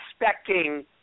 expecting